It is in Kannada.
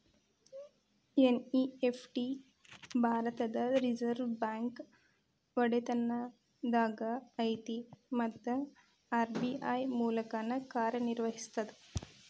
ಎನ್.ಇ.ಎಫ್.ಟಿ ಭಾರತದ್ ರಿಸರ್ವ್ ಬ್ಯಾಂಕ್ ಒಡೆತನದಾಗ ಐತಿ ಮತ್ತ ಆರ್.ಬಿ.ಐ ಮೂಲಕನ ಕಾರ್ಯನಿರ್ವಹಿಸ್ತದ